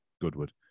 Goodwood